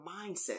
mindset